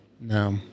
No